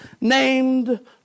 named